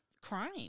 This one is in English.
crime